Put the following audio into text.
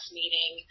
meeting